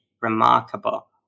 remarkable